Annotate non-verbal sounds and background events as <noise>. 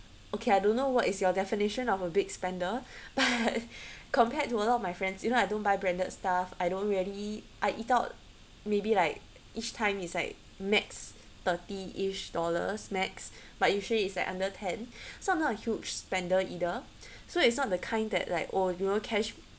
okay I don't know what is your definition of a big spender <laughs> compared to a lot of my friends you know I don't buy branded stuff I don't really I eat out maybe like each time is like max thirty each dollars max but usually is like under ten so I am not a huge spender either so it's not the kind that like oh you know cash